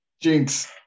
Jinx